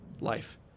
life